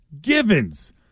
Givens